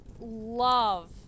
love